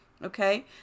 okay